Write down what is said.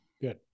Good